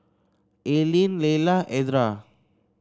Aylin Layla Edra